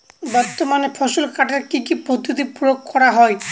বর্তমানে ফসল কাটার কি কি পদ্ধতি প্রয়োগ করা হয়?